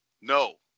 No